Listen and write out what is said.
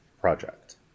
project